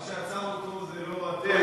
מה שעצר אותו זה לא אתם,